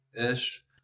ish